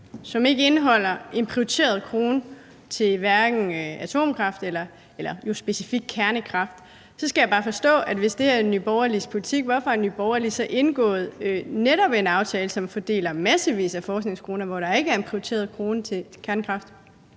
som ikke indeholder en prioriteret krone til hverken atomkraft eller specifikt til kernekraft. Så skal jeg bare forstå, hvis det er Nye Borgerliges politik, hvorfor har Nye Borgerlige så netop indgået en aftale, som fordeler massevis af forskningskroner, hvor der ikke er en prioriteret krone til kernekraft?